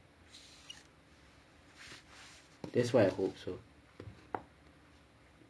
that's why I hope so